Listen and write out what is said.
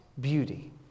beauty